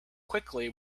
quickly